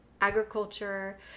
agriculture